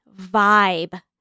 vibe